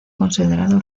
considerado